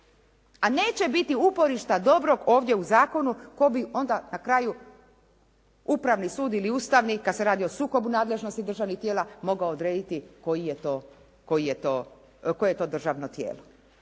A neće biti uporišta dobrog ovdje u zakonu tko bi onda na kraju upravni sud ili ustavni, kad se radi o sukobu nadležnosti državnih tijela mogao odrediti koje je to državno tijelo.